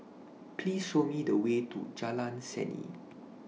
Please Show Me The Way to Jalan Seni